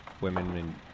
women